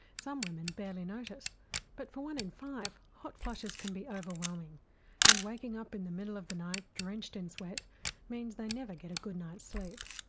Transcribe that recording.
some women barely notice but for one in five hot flushes can be overwhelming and waking up in the middle of the night drenched in sweat means they never get a good night's sleep.